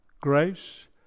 grace